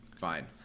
Fine